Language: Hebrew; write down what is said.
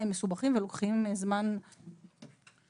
הם מסובכים ולוקחים זמן רב.